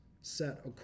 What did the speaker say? set